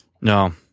No